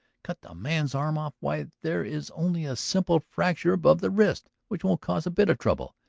cut the man's arm off! why, there is only a simple fracture above the wrist which won't cause a bit of trouble.